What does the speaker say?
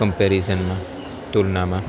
કંપેરિઝનમાં તુલનામાં